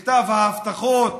מכתב ההבטחות,